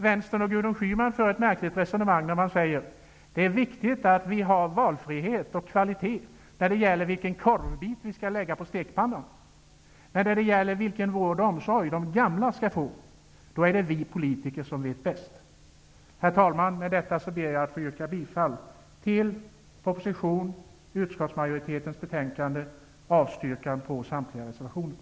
Vänstern och Gudrun Schyman för ett märkligt resonemang när de säger att det är viktigt att ha valfrihet och kvalitet när det gäller vilken korvbit man skall lägga i stekpannan, men när det gäller vilken vård och omsorg de gamla skall få är det vi politiker som vet bäst. Herr talman! Med detta ber jag att få yrka bifall till propositionen, hemställan i utskottsmajoritetens betänkande och avstyrkan på samtliga reservationer.